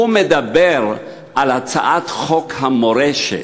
הוא מדבר על הצעת חוק המורשת.